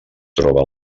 troba